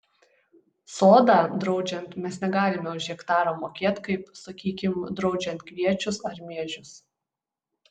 sodą draudžiant mes negalime už hektarą mokėt kaip sakykime draudžiant kviečius ar miežius